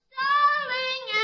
darling